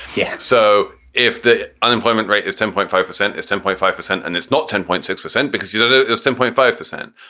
yeah, so if the unemployment rate is ten point five percent, it's ten point five percent and it's not ten point six percent because you know it's ten point five percent.